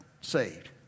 saved